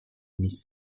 nicht